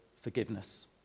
forgiveness